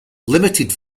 limited